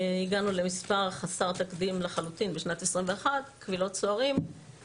הגענו למספר חסר תקדים לחלוטין בשנת 2021. קבילות סוהרים מוצדקות